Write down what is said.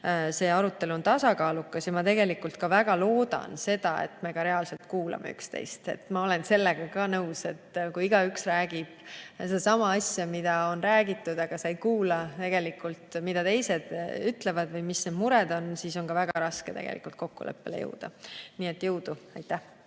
see arutelu tasakaalukas. Ja ma tegelikult loodan väga ka seda, et me reaalselt kuulame üksteist. Ma olen sellega ka nõus, et kui igaüks räägib sedasama asja, mida on ikka räägitud, aga sa ei kuula tegelikult, mida teised ütlevad või mis need mured on, siis on väga raske tegelikult kokkuleppele jõuda. Nii et jõudu! Aitäh!